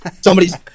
somebody's